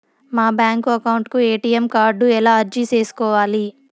మా bank account కు ATM card ఎలా అర్జీ సేసుకోవాలి?